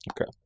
Okay